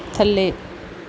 ਥੱਲੇ